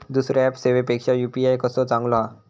दुसरो ऍप सेवेपेक्षा यू.पी.आय कसो चांगलो हा?